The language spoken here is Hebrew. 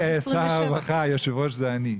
אדוני שר הרווחה, היושב-ראש זה אני.